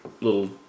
little